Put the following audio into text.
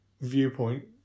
viewpoint